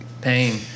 pain